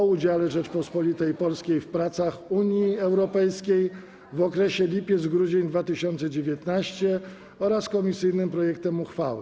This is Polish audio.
o udziale Rzeczypospolitej Polskiej w pracach Unii Europejskiej w okresie lipiec - grudzień 2019 r. oraz komisyjnym projektem uchwały.